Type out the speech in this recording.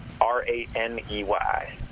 R-A-N-E-Y